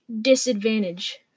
disadvantage